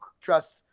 trust